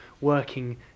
working